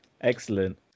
Excellent